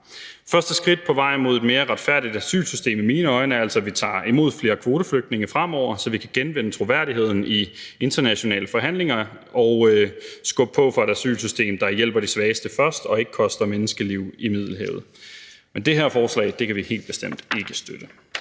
Første skridt på vejen mod et mere retfærdigt asylsystem er i mine øjne altså, at vi tager imod flere kvoteflygtninge fremover, så vi kan genvinde troværdigheden i internationale forhandlinger og skubbe på for et asylsystem, der hjælper de svageste først og ikke koster menneskeliv i Middelhavet. Men det her forslag kan vi helt bestemt ikke støtte.